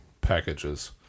packages